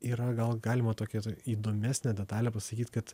yra gal galima tokią įdomesnę detalę pasakyt kad